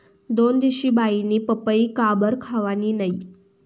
दोनदिशी बाईनी पपई काबरं खावानी नै